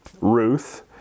Ruth